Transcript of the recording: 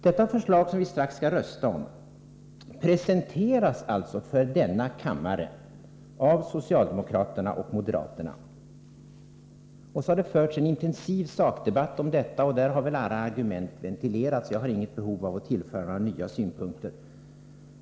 Detta förslag, som vi strax skall rösta om, presenteras alltså för denna kammare av socialdemokraterna och moderaterna. Så har det förts en intensiv sakdebatt om detta, och där har väl alla argument ventilerats. Jag har inget behov av att tillföra några nya synpunkter.